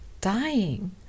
dying